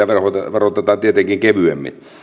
verotetaan tietenkin kevyemmin